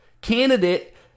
candidate